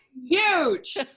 huge